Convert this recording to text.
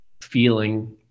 feeling